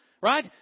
Right